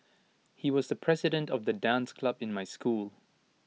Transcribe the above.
he was the president of the dance club in my school